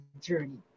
journey